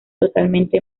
totalmente